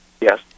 Yes